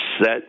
set